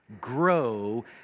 grow